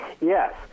Yes